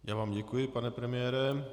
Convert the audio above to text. Já vám děkuji, pane premiére.